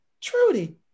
Trudy